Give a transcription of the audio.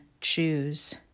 choose